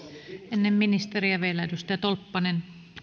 ennen ministeriä vielä edustaja tolppanen arvoisa puhemies